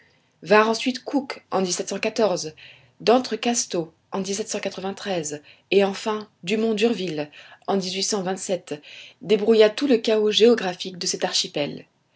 vinrent ensuite cook en d'entrecasteaux en et enfin dumont durville en débrouilla tout le chaos géographique de cet archipel